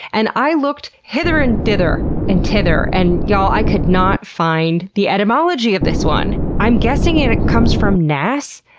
and i looked hither and dither and tither and, y'all, i could not find the etymology of this one. i'm guessing it it comes from nas,